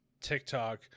tiktok